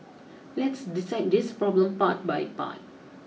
let's dissect this problem part by part